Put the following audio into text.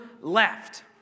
left